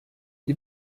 die